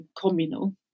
communal